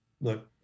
look